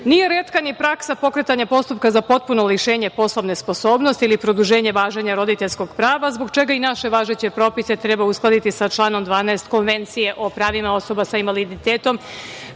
retka ni praksa pokretanja postupka za potpuno lišenje poslovne sposobnosti ili produženje važenja roditeljskog prava zbog čega i naše važeće propise treba uskladiti sa članom 12. Konvencije o pravima osoba sa invaliditetom.